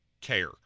care